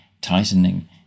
tightening